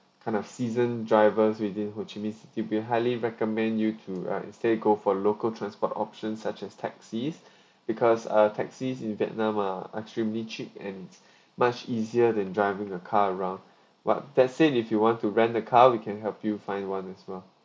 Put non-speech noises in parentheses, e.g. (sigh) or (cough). kind of season drivers within ho chi minh city we highly recommend you to uh instead go for local transport options such as taxis (breath) because uh taxis in vietnam are extremely cheap and s~ much easier than driving a car around but that said if you want to rent a car we can help you find one as well